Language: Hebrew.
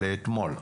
לאתמול.